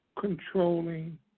Controlling